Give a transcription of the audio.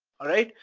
alright?